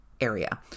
area